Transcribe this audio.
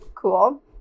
Cool